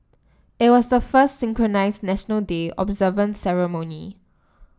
it was the first synchronised National Day observance ceremony